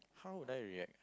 how would I react